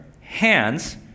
hands